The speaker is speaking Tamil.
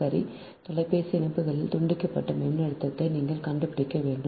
சரி தொலைபேசி இணைப்புகளில் தூண்டப்பட்ட மின்னழுத்தத்தை நீங்கள் கண்டுபிடிக்க வேண்டும்